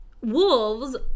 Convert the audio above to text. wolves